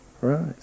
Right